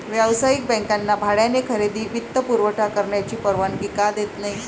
व्यावसायिक बँकांना भाड्याने खरेदी वित्तपुरवठा करण्याची परवानगी का देत नाही